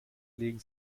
legen